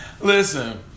Listen